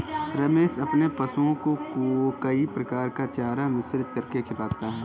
रमेश अपने पशुओं को कई प्रकार का चारा मिश्रित करके खिलाता है